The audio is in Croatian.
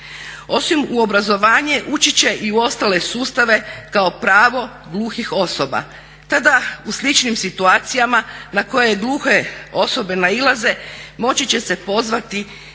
Osim u obrazovanje ući će i u ostale sustave kao pravo gluhih osoba, tada u sličnim situacijama na koje gluhe osobe nailaze moći će se pozvati na